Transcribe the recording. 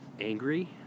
angry